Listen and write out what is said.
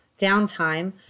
downtime